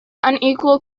unequal